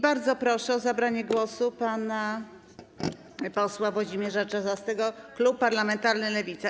Bardzo proszę o zabranie głosu pana posła Włodzimierza Czarzastego, klub parlamentarny Lewica.